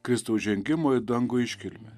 kristaus žengimo į dangų iškilmę